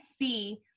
see